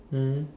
mm